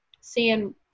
Seeing